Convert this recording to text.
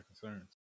concerns